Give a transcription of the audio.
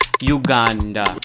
Uganda